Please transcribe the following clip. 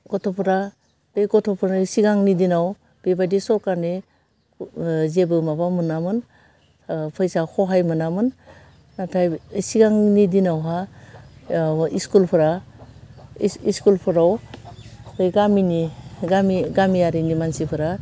गथ'फोरा बे गथ'फोरनि सिगांनि दिनाव बेबादि सरकारनि जेबो माबा मोनामोन फैसा ह'हाय मोनामोन नाथाय सिगांनि दिनावहा स्कुलफोरा इस स्कुलफोराव बे गामिनि गामि गामियारिनि मानसिफोरा